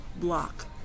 Block